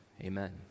amen